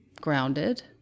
grounded